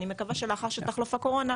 אני מקווה שלאחר שתחלוף הקורונה,